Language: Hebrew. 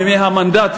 בימי המנדט,